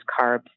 carbs